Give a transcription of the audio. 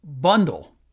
bundle